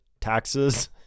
taxes